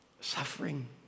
suffering